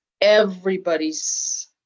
everybody's